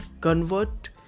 convert